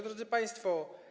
Drodzy Państwo!